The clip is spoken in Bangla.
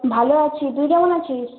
ভালো আছি তুই কেমন আছিস